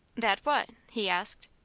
that what? he asked.